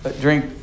drink